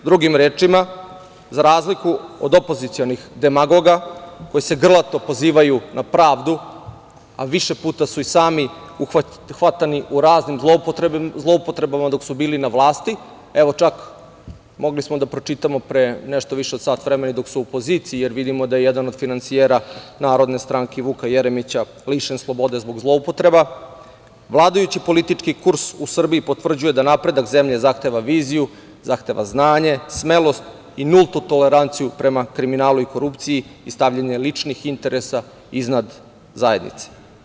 Drugim rečima, za razliku od opozicionih demagoga koji se grlato pozivaju na pravdu, a više puta su i sami hvatani u raznim zloupotrebama dok su bili na vlasti, evo, čak smo mogli da pročitamo pre nešto više od sat vremena, i dok su u opoziciji, jer vidimo da jedan od finansijera Narodne stranke Vuka Jeremića lišen slobode zbog zloupotreba, vladajući politički kurs u Srbiji potvrđuje da napredak zemlje zahteva viziju, zahteva znanje, smelost i nultu toleranciju prema kriminalu i korupciji i stavljanje ličnih interesa iznad zajednice.